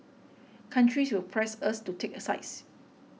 countries will press us to take a sides